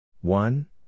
One